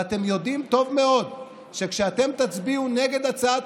ואתם יודעים טוב מאוד שכשאתם תצביעו נגד הצעת